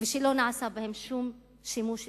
ושלא נעשה בהן שום שימוש ציבורי,